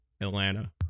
Atlanta